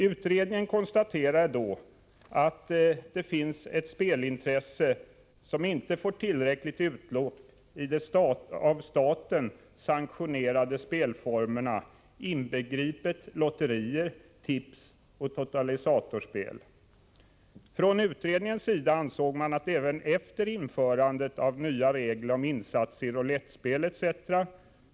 Utredningen konstaterade då att det finns ett spelintresse som inte får tillräckligt utlopp i de av staten sanktionerade spelformerna, inbegripet lotterier, tips och totalisatorspel. Från utredningens sida ansåg man att även efter införandet av nya regler om insatser i rulettspel etc.